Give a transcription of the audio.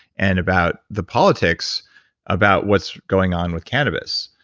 and about the politics about what's going on with cannabis.